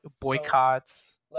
boycotts